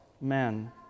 men